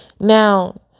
Now